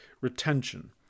Retention